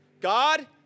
God